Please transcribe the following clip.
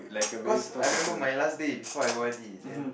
cause I remember my last day before I o_r_d then